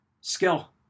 Skill